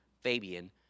Fabian